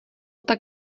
tak